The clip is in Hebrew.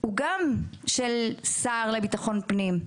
הוא גם של השר לביטחון הפנים,